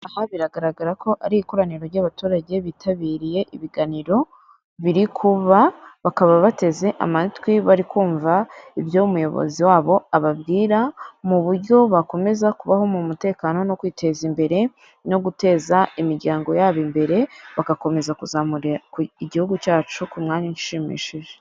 Aha biragaragara ko ari ikoraniro ry'abaturage bitabiriye ibiganiro biri kuba, bakaba bateze amatwi bari kumva ibyo umuyobozi wabo ababwira mu buryo bakomeza kubaho mu mutekano no kwiteza imbere no guteza imiryango yabo imbere bagakomeza kuzamura igihugu cyacu ku mwanya ushimishije.